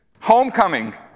Homecoming